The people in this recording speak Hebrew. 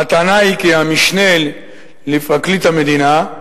הטענה היא כי המשנה לפרקליט המדינה,